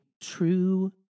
true